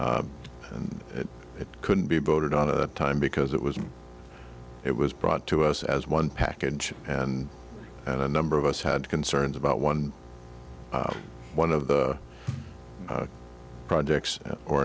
and it couldn't be voted on time because it was it was brought to us as one package and a number of us had concerns about one one of the projects or